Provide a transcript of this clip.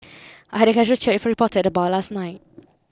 I had a casual chat with a reporter at the bar last night